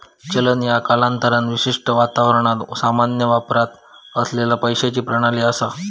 चलन ह्या कालांतरान विशिष्ट वातावरणात सामान्य वापरात असलेला पैशाची प्रणाली असा